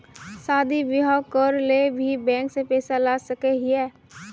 शादी बियाह करे ले भी बैंक से पैसा ला सके हिये?